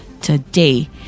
today